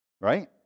right